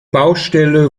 baustelle